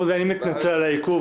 עוזי, אני מתנצל על העיכוב.